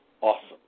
Awesome